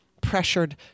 pressured